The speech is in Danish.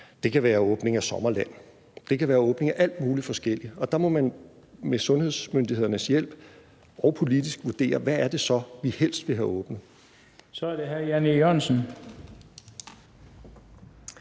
det kan være åbning af sommerland, det kan være åbning af alt muligt forskelligt, og der må man med sundhedsmyndighedernes hjælp og politisk vurdere, hvad det så er, vi helst vil have åbnet. Kl. 13:19 Den fg. formand